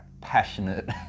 passionate